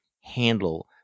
handle